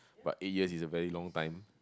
but eight years is a very long time